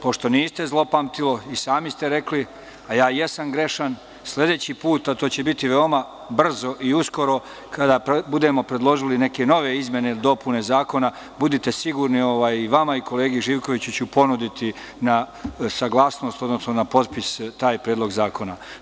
Pošto niste zlopamtilo, i sami ste rekli, a ja jesam grešan, sledeći put, a to će biti veoma brzo i uskoro, kada budemo predložili neke nove izmene ili dopune zakona, budite sigurni, vama i kolegi Živkoviću ću ponuditi na potpis taj predlog zakona.